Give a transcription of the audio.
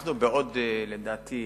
לדעתי,